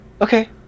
Okay